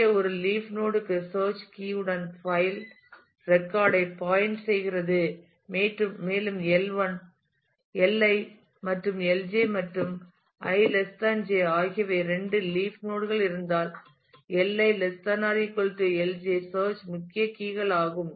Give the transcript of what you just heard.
எனவே ஒரு leaf node க்கு சேர்ச் கீ உடன் பைல் ரெக்கார்ட் ஐ பாயின்டர் செய்கிறது மற்றும் Li மற்றும் Lj மற்றும் i j ஆகிய இரண்டு லீப் நோட் கள் இருந்தால் Li Lj சேர்ச் முக்கிய கீ கள் ஆகும்